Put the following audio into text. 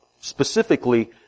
Specifically